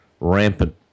rampant